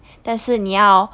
但是你要